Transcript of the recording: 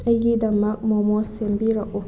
ꯑꯩꯒꯤꯗꯃꯛ ꯃꯣꯃꯣ ꯁꯦꯝꯕꯤꯔꯛꯎ